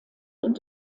und